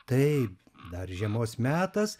taip dar žiemos metas